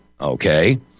Okay